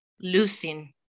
losing